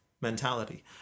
mentality